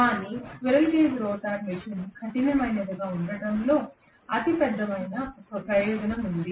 కానీ squirrel cage rotor machine కఠినమైనదిగా ఉండటంలో అతిపెద్ద ప్రయోజనం ఉంది